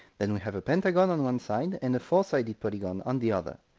then we have a pentagon on one side, and a four-sided polygon on the other,